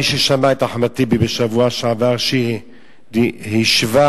מי ששמע בשבוע שעבר את אחמד טיבי משווה